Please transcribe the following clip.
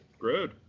Good